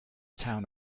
town